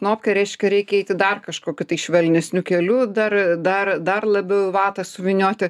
knopkę reiškia reikia eiti dar kažkokiu tai švelnesniu keliu dar dar dar labiau vatą suvynioti